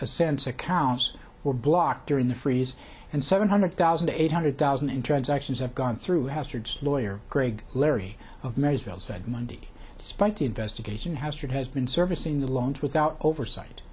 a sense accounts were blocked during the freeze and seven hundred thousand eight hundred thousand in transactions have gone through hazards lawyer craig larry of marysville said monday despite investigating how street has been servicing the loans without oversight